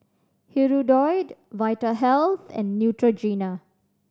Hirudoid Vitahealth and Neutrogena